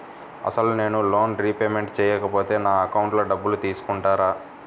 అసలు నేనూ loan repayment చేయకపోతే నా అకౌంట్లో డబ్బులు తీసుకుంటారా?